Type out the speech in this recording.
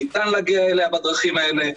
ניתן להגיע אליה בדרכים האלה,